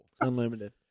Unlimited